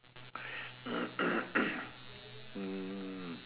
mm